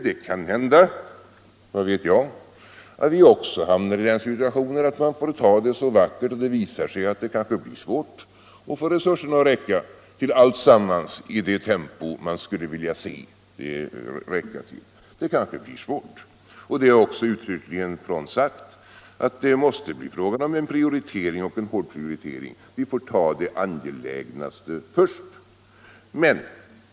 Det kan hända — vad vet jag — att vi också hamnar i den situationen att man får ta det så vackert. Det kanske visar sig bli svårt att få resurserna att räcka till alltsammans i det tempo man skulle vilja. Det är också uttryckligen frånsagt att det måste bli fråga om en hård prioritering. Vi får ta det angelägnaste först.